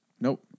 Nope